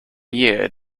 year